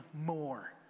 more